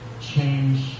change